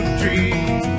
dream